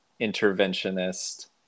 interventionist